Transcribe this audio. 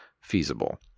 feasible